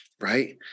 right